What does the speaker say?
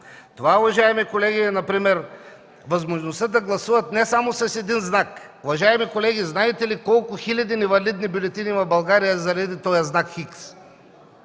Това, уважаеми колеги, е например възможността да гласуват не само с един знак. Уважаеми колеги, знаете ли колко хиляди невалидни бюлетини има в България заради този знак „х”?